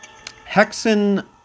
Hexen